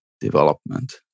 development